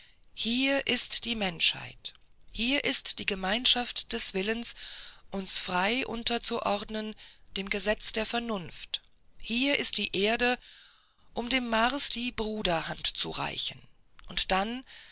hier ist die menschheit hier ist die gemeinschaft des willens uns frei unterzuordnen dem gesetz der vernunft hier ist die erde um dem mars die bruderhand zu reichen und dann